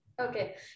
Okay